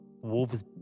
Wolves